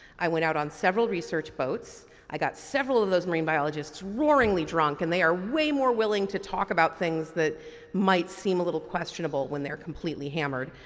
i went out on several research boats. i got several of those marine biologists roaringly drunk and they are more willing to talk about things that might seem a little questionable when they're completely hammered.